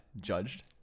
judged